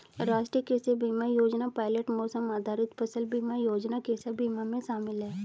राष्ट्रीय कृषि बीमा योजना पायलट मौसम आधारित फसल बीमा योजना कृषि बीमा में शामिल है